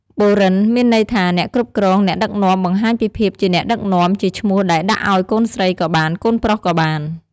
បូរិន មានន័យថាអ្នកគ្រប់គ្រង អ្នកដឹកនាំ បង្ហាញពីភាពជាអ្នកដឹកនាំ ជាឈ្មោះដែលដាក់ឲ្យកូនស្រីក៏បាន កូនប្រុសក៏បាន។